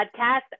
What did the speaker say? podcast